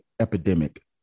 epidemic